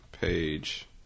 page